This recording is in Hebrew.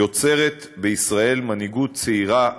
יוצרת בישראל מנהיגות צעירה,